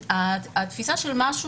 התפיסה של משהו